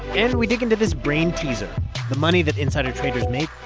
and we dig into his brainteaser money that insider traders make,